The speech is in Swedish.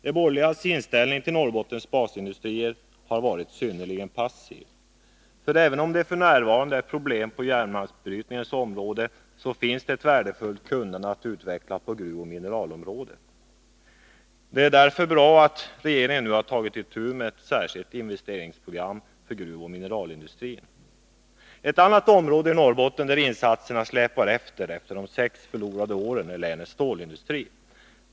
De borgerligas inställning till Norrbottens basindustrier har varit synnerligen passiv. Även om det f. n. är problem på järnmalmsbrytningens område, så finns det ett värdefullt kunnande att utveckla på gruvoch mineralområdet. Det är därför bra att regeringen nu har tagit itu med ett särskilt investeringsprogram för gruvoch mineralindustrin. Ett annat område i Norrbotten där insatserna efter de sex förlorade åren släpar efter är länets stålindustri.